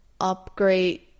upgrade